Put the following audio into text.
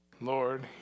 Lord